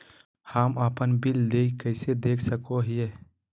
हम अपन बिल देय कैसे देख सको हियै?